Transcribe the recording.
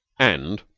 and,